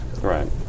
Right